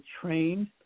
trained